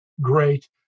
great